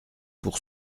pour